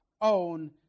own